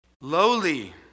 lowly